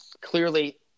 Clearly